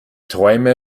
träume